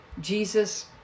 Jesus